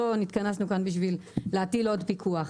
התכנסנו כאן בשביל להטיל עוד פיקוח.